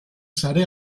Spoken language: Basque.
sare